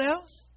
else